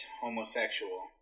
homosexual